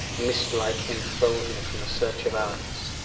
mist-like infold me from the search of eyes.